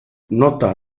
nota